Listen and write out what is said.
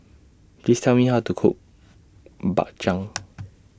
Please Tell Me How to Cook Bak Chang